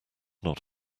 not